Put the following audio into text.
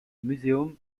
museum